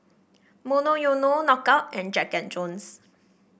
Monoyono Knockout and Jack And Jones